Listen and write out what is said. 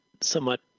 somewhat